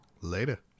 Later